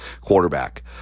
quarterback